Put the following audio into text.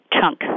chunk